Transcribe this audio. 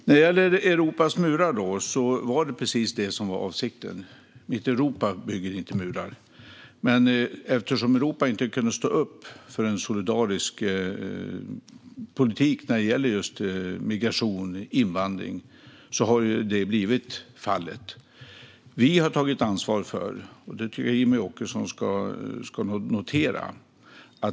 När det gäller Europas murar var det precis det som var avsikten. Mitt Europa bygger inte murar. Men eftersom Europa inte kunde stå upp för en solidarisk politik när det gäller just migration och invandring har det blivit fallet. Vi har tagit ansvar, och det tycker jag att Jimmie Åkesson ska notera.